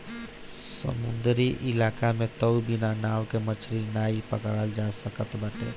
समुंदरी इलाका में तअ बिना नाव के मछरी नाइ पकड़ल जा सकत बाटे